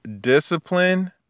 discipline